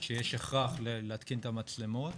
שיש הכרח להתקין את המצלמות,